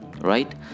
right